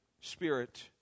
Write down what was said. Spirit